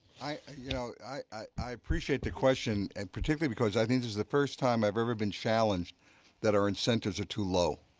i you know i appreciate the question and particularly because i think it's the first time i've ever been challenged that our incentives are too low.